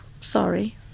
sorry